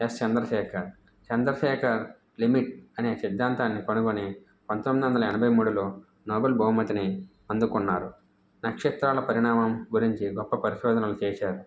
yes Chandrasekhar Chandrasekhar limit అనే సిద్ధాంతాన్ని కనుగొని పంతొమ్మిది వందల ఎనభై మూడులో నోబల్ బహుమతిని అందుకున్నారు నక్షత్రాల పరిణామం గురించి గొప్ప పరిశోధనలు చేశారు